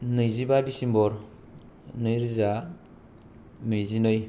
नैजिबा दिसेम्बर नै रोजा नैजिनै